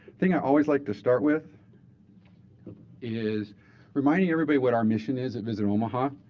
thing i always like to start with is reminding everybody what our mission is at visit omaha.